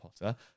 Potter